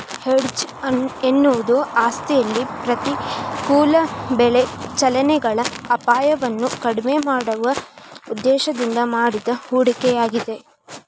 hedge ಎನ್ನುವುದು ಆಸ್ತಿಯಲ್ಲಿ ಪ್ರತಿಕೂಲ ಬೆಲೆ ಚಲನೆಗಳ ಅಪಾಯವನ್ನು ಕಡಿಮೆ ಮಾಡುವ ಉದ್ದೇಶದಿಂದ ಮಾಡಿದ ಹೂಡಿಕೆಯಾಗಿದೆ